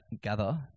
gather